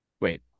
Wait